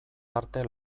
tarte